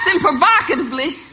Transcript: provocatively